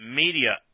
media